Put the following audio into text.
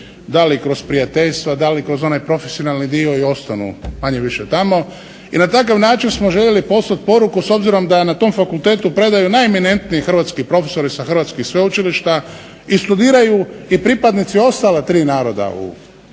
da li kroz prijateljska, da li kroz onaj profesionalni dio i ostanu manje-više tamo. I na takav način smo željeli poslat poruku s obzirom da na tom fakultetu predaju najeminentniji hrvatski profesori sa hrvatskih sveučilišta i studiraju i pripadnici ostala tri naroda konstitutivno